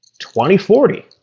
2040